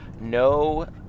No